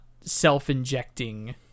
self-injecting